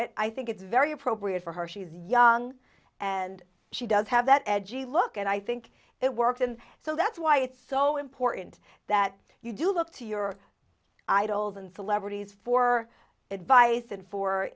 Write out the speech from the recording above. it i think it's very appropriate for her she's young and she does have that edgy look and i think it works and so that's why it's so important that you do look to your idols and celebrities for advice and for